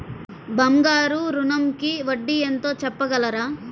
బంగారు ఋణంకి వడ్డీ ఎంతో చెప్పగలరా?